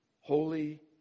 holy